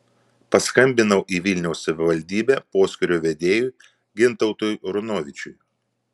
paskambinau į vilniaus savivaldybę poskyrio vedėjui gintautui runovičiui